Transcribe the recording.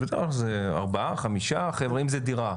בטח זה ארבעה-חמישה חבר'ה, אם זה דירה.